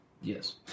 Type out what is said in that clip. Yes